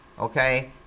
Okay